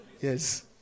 Yes